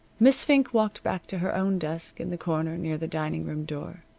miss fink walked back to her own desk in the corner near the dining-room door.